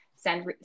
send